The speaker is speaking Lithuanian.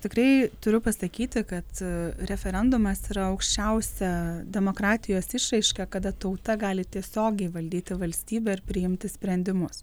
tikrai turiu pasakyti kad referendumas yra aukščiausia demokratijos išraiška kada tauta gali tiesiogiai valdyti valstybę ir priimti sprendimus